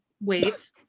wait